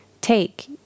Take